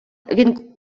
він